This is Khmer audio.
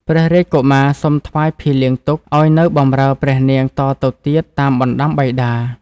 ព្រះរាជកុមារសុំថ្វាយភីលៀងទុក ឱ្យនៅបម្រើព្រះនាងតទៅទៀតតាមបណ្ដាំបិតា។